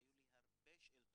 היו לי הרבה שאלות